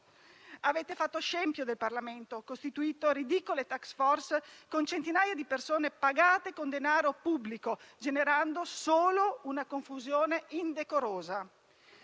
Avete fatto scempio del Parlamento, costituito ridicole *task force* con centinaia di persone pagate con denaro pubblico, generando solo una confusione indecorosa.